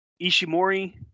Ishimori